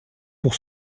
pour